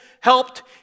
helped